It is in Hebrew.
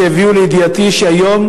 שהביאו לידיעתי שהיום